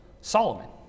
Solomon